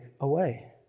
away